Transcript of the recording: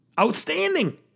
Outstanding